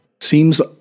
seems